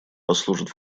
послужит